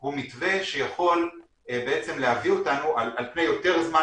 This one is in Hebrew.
הוא מתווה שיכול להביא אותנו על פני יותר זמן